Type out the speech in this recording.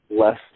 less